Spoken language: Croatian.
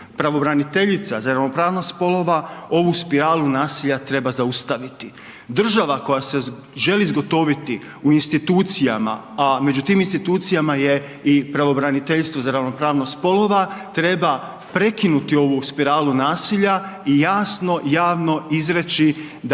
Pravobraniteljici za ravnopravnost spolova ovu spiralu nasilja treba zaustaviti. Država koja se želi zgotoviti u institucijama, a i među tim institucijama je i pravobraniteljstvo za ravnopravnost spolova treba prekinuti ovu spiralu nasilja i jasno javno izreći da